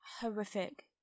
horrific